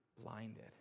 blinded